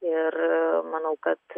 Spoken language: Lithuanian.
ir manau kad